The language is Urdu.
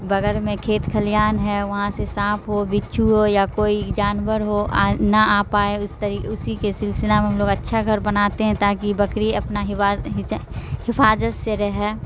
بگر میں کھیت کھلیان ہے وہاں سے سانپ ہو بچو ہو یا کوئی جانور ہو نہ آ پائے اس اسی کے سلسلہ میں ہم لوگ اچھا گھر بناتے ہیں تاکہ بکری اپنا حفاظت سے رہے